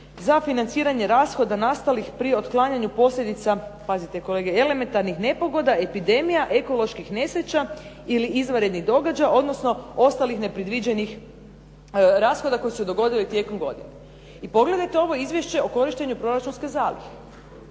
za financiranje rashoda nastalih pri otklanjanju posljedica, pazite kolege, elementarnih nepogoda, epidemija, ekoloških nesreća ili izvanrednih događaja, odnosno ostalih nepredviđenih rashoda koji su se dogodili tijekom godine. I pogledajte ovo izvješće o korištenju proračunske zalihe.